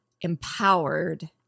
empowered